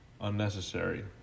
Unnecessary